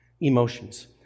emotions